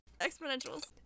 Exponentials